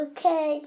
Okay